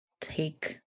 take